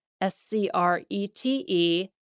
S-C-R-E-T-E